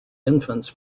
infants